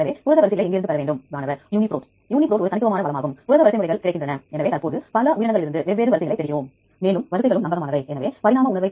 பின்னர் Uni parc ஒரு தனித்துவமான வளமாகும் இது தனித்துவமான வரிசைகளை மட்டுமே கொண்டுள்ளது இங்கே நகல் இல்லை